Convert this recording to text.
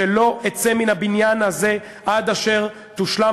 שלא אצא מן הבניין הזה עד אשר תושלם